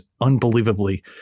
unbelievably –